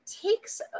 takes